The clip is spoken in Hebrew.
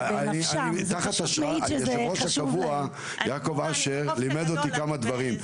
יושב הראש הקבוע יעקב אשר לימד אותי כמה דברים,